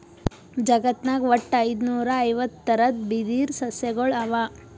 ಜಗತ್ನಾಗ್ ವಟ್ಟ್ ಐದುನೂರಾ ಐವತ್ತ್ ಥರದ್ ಬಿದಿರ್ ಸಸ್ಯಗೊಳ್ ಅವಾ